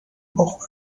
بخورن